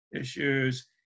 issues